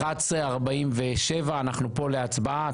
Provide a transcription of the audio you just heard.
11:47 אנחנו פה להצבעה.